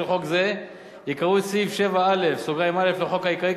חוק זה יקראו את סעיף 7א(א) לחוק העיקרי,